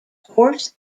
horse